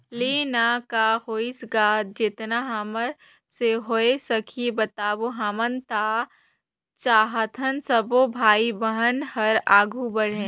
ले ना का होइस गा जेतना हमर से होय सकही बताबो हमन तो चाहथन सबो भाई मन हर आघू बढ़े